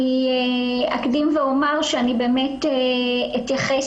אני אקדים ואומר שאני באמת אתייחס